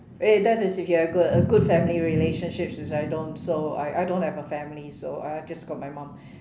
eh that is if you have good a good family relationship which I don't so I I don't have a family so I just got my mom